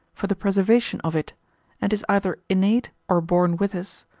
for the preservation of it and is either innate or born with us,